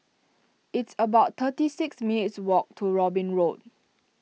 it's about thirty six minutes' walk to Robin Road